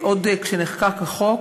עוד כשנחקק החוק,